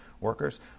workers